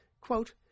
Quote